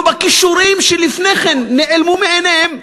בה כישורים שלפני כן נעלמו מעיניהם.